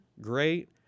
great